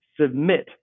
submit